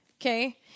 Okay